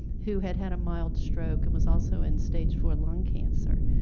who had had a mild stroke, and was also in stage four lung cancer.